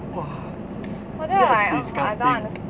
!wah! that's disgusting